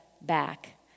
back